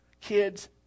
kids